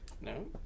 No